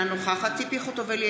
אינה נוכחת ציפי חוטובלי,